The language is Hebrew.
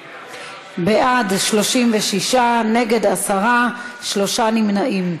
בעד, 36, נגד 10, שלושה נמנעים.